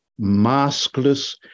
maskless